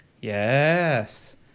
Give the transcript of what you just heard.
Yes